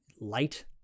light